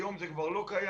היום זה כבר לא קיים.